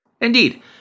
Indeed